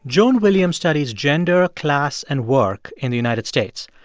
joan williams studies gender, class and work in the united states.